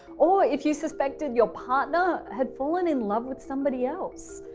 or if you suspected your partner had fallen in love with somebody else?